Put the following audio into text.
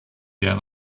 down